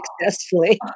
successfully